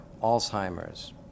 Alzheimer's